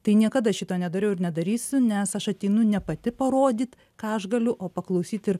tai niekada šito nedariau ir nedarysiu nes aš ateinu ne pati parodyt ką aš galiu o paklausyt ir